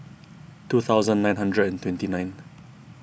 two thousand nine hundred and twenty nine